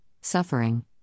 suffering